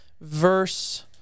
verse